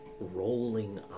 rolling